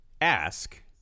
ask